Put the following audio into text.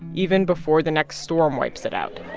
even before the next storm wipes it out,